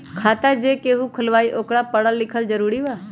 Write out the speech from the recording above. खाता जे केहु खुलवाई ओकरा परल लिखल जरूरी वा?